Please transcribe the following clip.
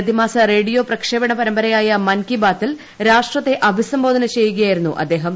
പ്രതിമാസ റേഡിയോ പ്രക്ഷേപണ പരമ്പരയായ മൻ കി ബാത്തിൽ രാഷ്ട്രത്തെ അഭിസംബോധന ചെയ്യുകയായിരുന്നു അദ്ദേഹം